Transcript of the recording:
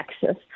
Texas